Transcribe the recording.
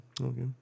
Okay